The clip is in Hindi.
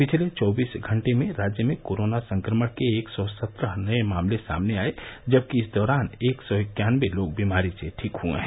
पिछले चौबीस घंटे में राज्य में कोरोना संक्रमण के एक सौ सत्रह नये मामले सामने आये जबकि इस दौरान एक सौ इक्यानवे लोग बीमारी से ठीक हए हैं